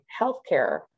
healthcare